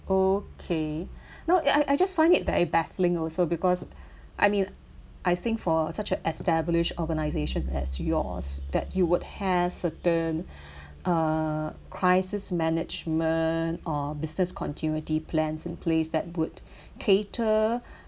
okay no a I I just find it very baffling also because I mean I think for such an established organization as yours that you would have certain uh crisis management or business continuity plans in place that would cater